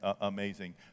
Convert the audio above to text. amazing